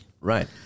Right